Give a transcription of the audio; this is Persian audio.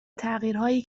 تغییرهایی